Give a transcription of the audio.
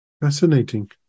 Fascinating